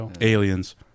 Aliens